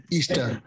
Easter